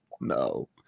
no